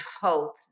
hope